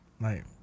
like-